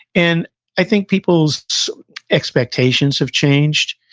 and i think people's expectations have changed,